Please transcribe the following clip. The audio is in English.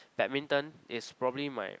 badminton is probably my